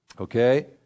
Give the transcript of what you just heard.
okay